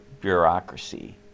bureaucracy